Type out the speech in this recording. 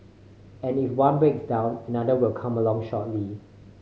and if one breaks down another will come along shortly